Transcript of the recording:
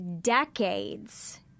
decades